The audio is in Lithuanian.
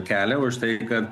kelia už tai kad